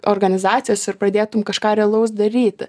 organizacijos ir pradėtum kažką realaus daryti